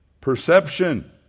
perception